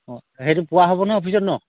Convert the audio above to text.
অঁ সেইটো পোৱা হ'বনে অফিচত ন